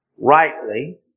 rightly